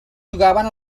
jugaven